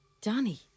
Danny